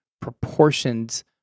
proportions